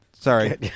Sorry